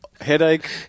Headache